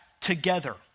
together